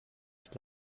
ist